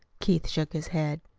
keith shook his head.